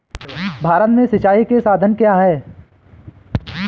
भारत में सिंचाई के साधन क्या है?